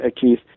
Keith